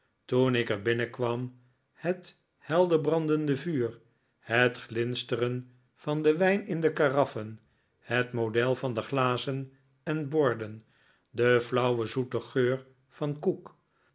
toen ik er binnenkwam het helder brandende vuur het glinsteren van den wijn in de karaffen het model van de glazen en borden de flauwe zoete geur van koek